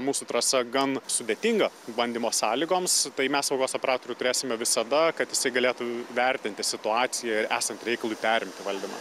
mūsų trasa gan sudėtinga bandymo sąlygoms tai mes saugos operatorių turėsime visada kad jisai galėtų įvertinti situaciją ir esant reikalui perimti valdymą